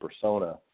persona